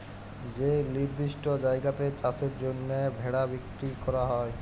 যে লিরদিষ্ট জায়গাতে চাষের জ্যনহে ভেড়া বিক্কিরি ক্যরা হ্যয়